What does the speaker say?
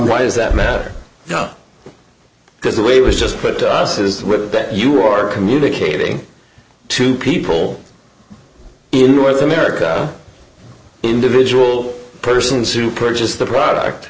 why is that matter though because the way it was just put to us as with it you are communicating to people in north america individual persons or purchase the product